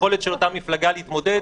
ביכולת של אותה מפלגה להתמודד.